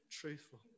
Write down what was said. truthful